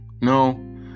no